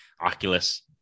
Oculus